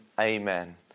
amen